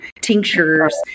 tinctures